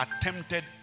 attempted